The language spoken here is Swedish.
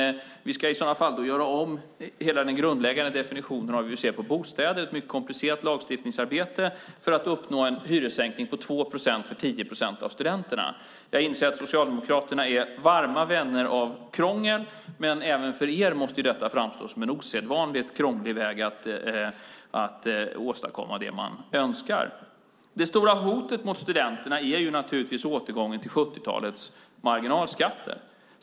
Vi skulle behöva göra om hela den grundläggande definitionen av hur vi ser på bostäder, ett mycket komplicerat lagstiftningsarbete, för att uppnå en hyressänkning på 2 procent för 10 procent av studenterna. Jag inser att Socialdemokraterna är varma vänner av krångel, men även för dem måste detta framstå som en osedvanligt krånglig väg att åstadkomma det man önskar. Det stora hotet mot studenterna är naturligtvis återgången till 70-talets marginalskatter.